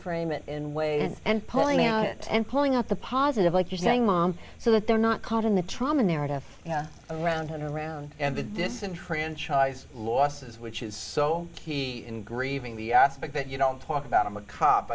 reframe it in ways and pulling out and pulling out the positive like you're saying mom so that they're not caught in the trauma narrative around and around and the disenfranchised losses which is so key in grieving the aspect that you don't talk about i'm a cop